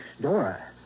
Dora